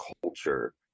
culture